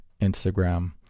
instagram